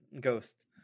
Ghost